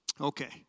Okay